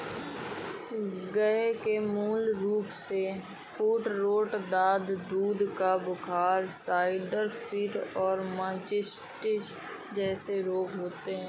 गय के मूल रूपसे फूटरोट, दाद, दूध का बुखार, राईडर कीट और मास्टिटिस जेसे रोग होते हें